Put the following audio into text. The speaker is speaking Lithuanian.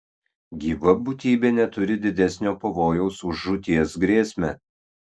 gyva būtybė neturi didesnio pavojaus už žūties grėsmę